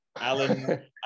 Alan